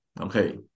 Okay